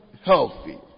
healthy